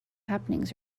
happenings